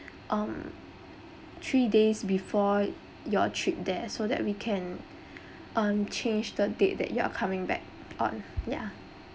um three days before your trip there so that we can um change the date that you are coming back on yeah